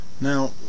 Now